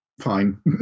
fine